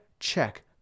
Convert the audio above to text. Check